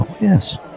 Yes